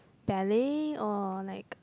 ballet or like